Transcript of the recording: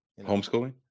Homeschooling